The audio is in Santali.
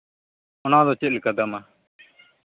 ᱚᱱᱟᱫᱚ ᱪᱮᱫ ᱞᱮᱠᱟ ᱫᱟᱢᱟ